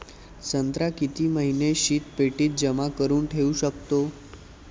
संत्रा किती महिने शीतपेटीत जमा करुन ठेऊ शकतो?